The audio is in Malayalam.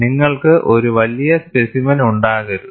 നിങ്ങൾക്ക് ഒരു വലിയ സ്പെസിമെൻ ഉണ്ടാകരുത്